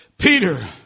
Peter